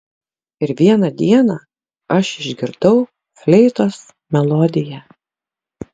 ir vieną dieną aš išgirdau fleitos melodiją